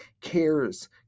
cares